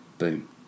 boom